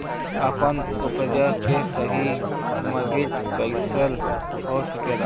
आपन उपज क सही मार्केटिंग कइसे हो सकेला?